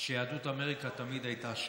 שיהדות אמריקה תמיד הייתה שם.